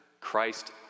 Christ